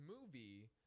movie